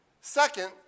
Second